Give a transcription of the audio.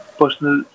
personal